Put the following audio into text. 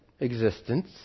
existence